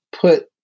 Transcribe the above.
put